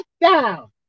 down